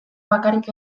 bakarrik